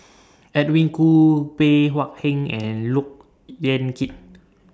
Edwin Koo Bey Hua Heng and Look Yan Kit